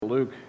Luke